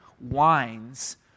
wines